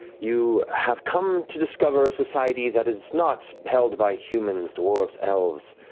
you have come to discover a society that is not held by humans, dwarves, elves,